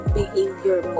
behavior